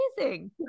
amazing